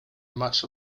much